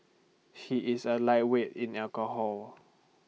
he is A lightweight in alcohol